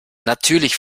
natürlich